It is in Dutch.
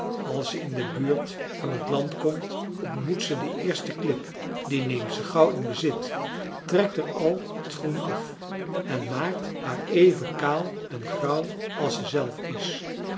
als ze in de buurt van het land komt ontmoet ze de eerste klip die neemt ze gauw in bezit trekt er al het groen af en maakt haar even kaal en grauw als ze zelf is